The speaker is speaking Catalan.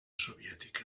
soviètica